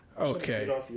Okay